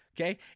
okay